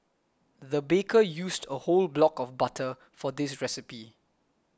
the baker used a whole block of butter for this recipe